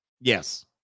Yes